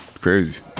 Crazy